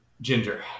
Ginger